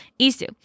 Isu